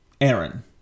Aaron